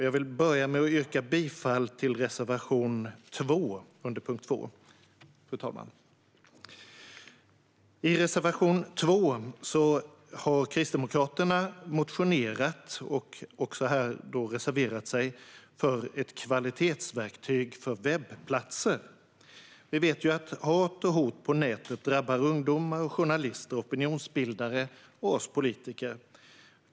Jag vill börja med att yrka bifall till reservation 2 under punkt 2, fru talman. I reservation 2 har Kristdemokraterna motionerat och även reserverat sig i fråga om ett kvalitetsverktyg för webbplatser. Vi vet ju att hat och hot på nätet drabbar ungdomar, journalister, opinionsbildare och oss politiker.